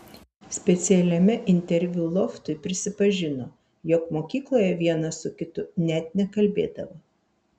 specialiame interviu loftui prisipažino jog mokykloje vienas su kitu net nekalbėdavo